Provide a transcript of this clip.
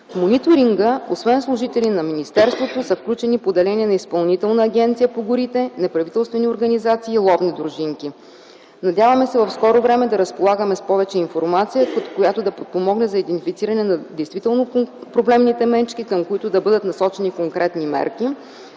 В мониторинга освен служители на министерството са включени и поделения на Изпълнителна агенция по горите, неправителствени организации и ловни дружинки. Надяваме се в скоро време да разполагаме с повече информация, която да подпомогне за идентифициране на действително проблемните мечки, към които да бъдат насочени конкретни мерки